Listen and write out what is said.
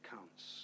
counts